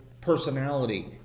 personality